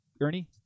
Ernie